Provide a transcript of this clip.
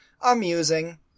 amusing